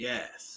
Yes